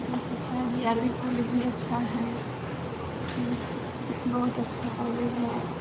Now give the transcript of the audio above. बहुत अच्छा B R B college भी अच्छा हइ बहुत अच्छा कॉलेज हइ